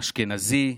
אשכנזי,